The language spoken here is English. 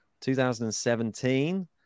2017